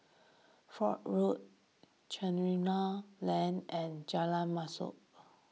Foch Road Chencharu Lane and Jalan Mashhor